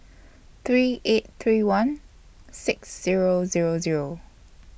three eight three one six Zero Zero Zero